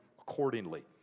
accordingly